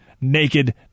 naked